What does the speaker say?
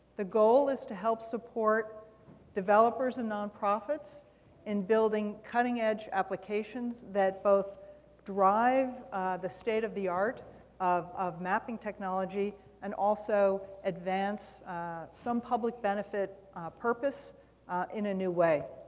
the goal is to help support developers and nonprofits in building cutting edge applications that both drive the state of the art of of mapping technology and also advance some public benefit purpose in a new way.